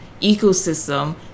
ecosystem